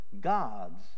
God's